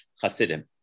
Hasidim